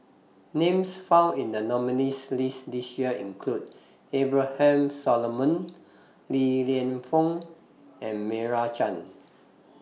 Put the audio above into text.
Names found in The nominees' list This Year include Abraham Solomon Li Lienfung and Meira Chand